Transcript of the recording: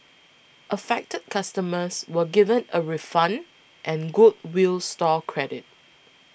affected customers were given a refund and goodwill store credit